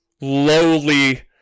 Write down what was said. lowly